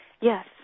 Yes